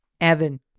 Evan